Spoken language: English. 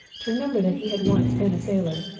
to remember that he had once been a sailor,